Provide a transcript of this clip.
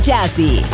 Jazzy